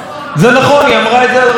זה נכון, היא אמרה את זה על רשות השידור,